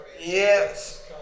Yes